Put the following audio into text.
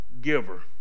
giver